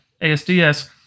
ASDS